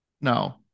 No